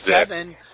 seven